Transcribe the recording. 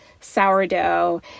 sourdough